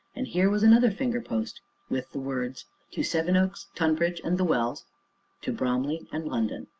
and here was another finger-post with the words to sevenoaks, tonbridge, and the wells to bromley and london.